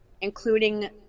including